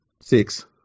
Six